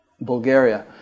Bulgaria